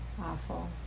awful